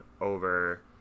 over